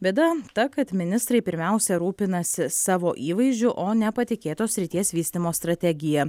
bėda ta kad ministrai pirmiausia rūpinasi savo įvaizdžiu o ne patikėtos srities vystymo strategija